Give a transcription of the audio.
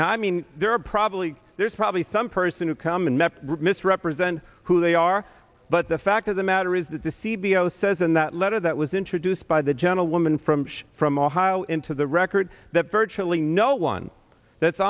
now i mean there are probably there's probably some person who come and met miss represent who they are but the fact of the matter is that the c b o says in that letter that was introduced by the gentlewoman from from ohio into the record that virtually no one that's